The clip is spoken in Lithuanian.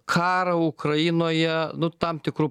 karą ukrainoje nu tam tikru